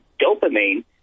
dopamine